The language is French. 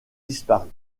disparus